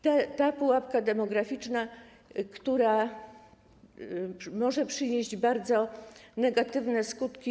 To pułapka demograficzna, która może przynieść bardzo negatywne skutki.